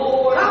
Lord